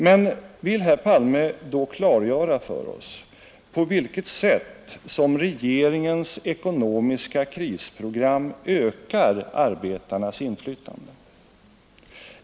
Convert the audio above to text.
Men vill herr Palme då klargöra för oss på vilket sätt regeringens ekonomiska krisprogram ökar arbetarnas inflytande?